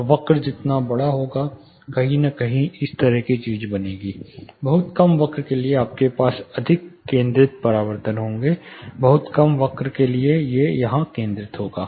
तो वक्र जितना बड़ा होगा कहीं न कहीं इस तरह की चीज बनेगी बहुत कम वक्र के लिए आपके पास अधिक केंद्रित परावर्तन होंगे बहुत कम वक्र के लिए यहां केंद्रित होगा